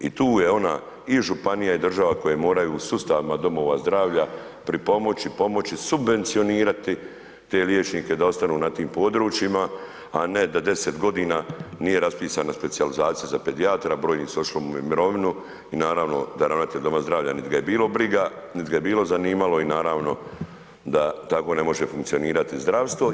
I tu je ona i županija i država koje moraju sustavima domova zdravlja pripomoći, pomoći, subvencionirati te liječnike da ostanu na tim područjima a ne da 10 godina nije raspisana specijalizacija za pedijatra, brojni su otišli u mirovinu i naravno da ravnatelj doma zdravlja, niti ga je bilo briga, niti ga je bilo zanimalo i naravno da tako ne može funkcionirati zdravstvo.